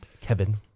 Kevin